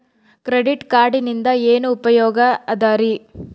Credit ಕಾರ್ಡಿನಿಂದ ಏನು ಉಪಯೋಗದರಿ?